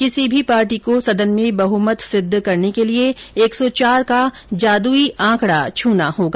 किसी भी पार्टी को सदन में बहमत सिद्ध करने के लिए एक सौ चार का जादुई आंकडा छूना होगा